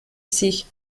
sich